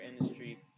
industry